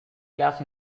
clash